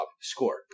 Score